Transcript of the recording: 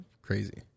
crazy